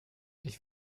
ich